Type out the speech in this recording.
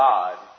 God